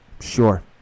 Sure